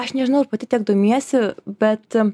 aš nežinau ar pati ten domiesi bet